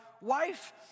wife